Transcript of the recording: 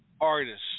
artists